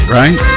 right